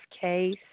case